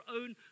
own